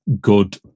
good